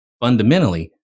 fundamentally